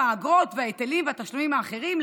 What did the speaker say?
האגרות וההיטלים והתשלומים האחרים,